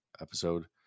episode